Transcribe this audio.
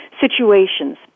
situations